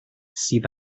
sydd